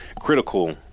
critical